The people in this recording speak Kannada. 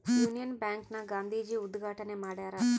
ಯುನಿಯನ್ ಬ್ಯಾಂಕ್ ನ ಗಾಂಧೀಜಿ ಉದ್ಗಾಟಣೆ ಮಾಡ್ಯರ